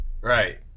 right